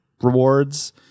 rewards